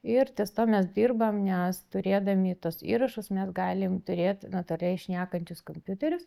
ir ties tuo mes dirbam nes turėdami tuos įrašus mes galim turėt natūraliai šnekančius kompiuterius